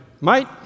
mate